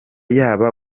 yaba